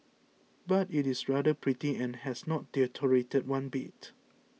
but it is rather pretty and has not deteriorated one bit